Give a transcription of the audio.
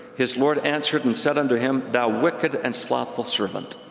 his lord answered and said unto him, thou wicked and slothful servant.